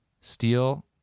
Steel